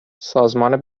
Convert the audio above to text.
سازمان